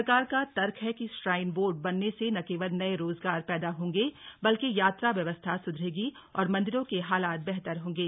सरकार का तर्क है कि श्राइन बोर्ड बनने से न केवल नये रोजगार पैदा होंगे बल्कि यात्रा व्यवस्था सुधरेगी और मंदिरों के हालात बेहतर होंगे